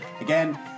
again